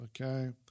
Okay